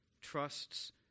trusts